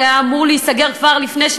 היה אמור להיסגר כבר לפני שנתיים.